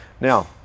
Now